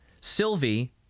Sylvie